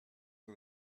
for